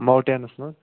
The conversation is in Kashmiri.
ماوٹینَس مَنٛز